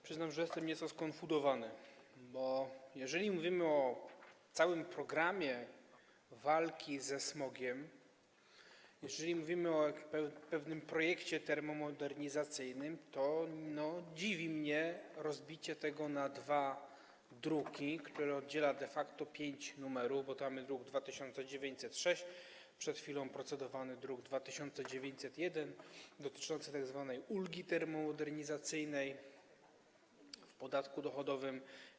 Przyznam, że jestem nieco skonfundowany, bo jeżeli mówimy o całym programie walki ze smogiem, jeżeli mówimy o pewnym projekcie termomodernizacyjnym, to dziwi mnie rozbicie tej kwestii na dwa druki, które oddziela de facto pięć numerów, bo mamy druk nr 2906, a przed chwilą był procedowany druk nr 2901 dotyczący tzw. ulgi termomodernizacyjnej w podatku dochodowym.